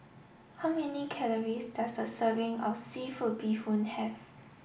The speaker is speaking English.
how many calories does a serving of Seafood Bee Hoon have